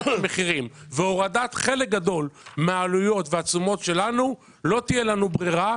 מחירים והורדת חלק גדול מהעלויות והתשומות שלנו לא תהיה לנו ברירה,